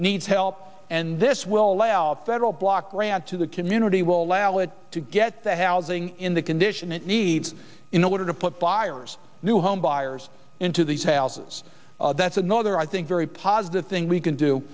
needs help and this will allow federal block grant to the community will allow it to get the housing in the condition it needs in order to put buyers new homebuyers into these houses that's another i think very positive thing we can do